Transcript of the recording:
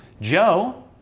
Joe